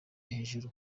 hejuru